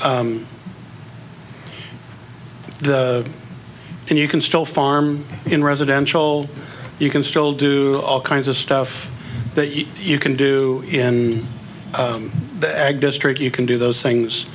the and you can still farm in residential you can still do all kinds of stuff but you can do it in the district you can do those things